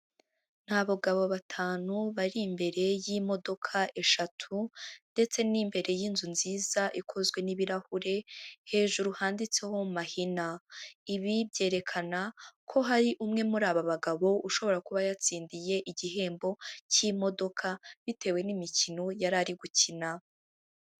Ni bagabo batanu bari imbere y'imodoka eshatu, ndetse n'imbere y'inzu nziza ikozwe n'ibirahure, hejuru handitseho mahina, ibi byerekana ko hari umwe muri aba bagabo ushobora kuba yatsindiye igihembo cy'imodoka, bitewe n'imikino yari ari gukina.